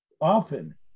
often